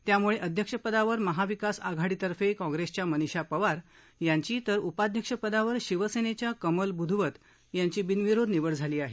त्यामुळे अध्यक्षपदावर महाविकास आघाडीतर्फे काँग्रेसच्या मनिषा पवार यांची तर उपाध्यक्षपदावर शिवसेनेच्या कमल ब्रुधवत यांची बिनविरोध निवड झाली आहे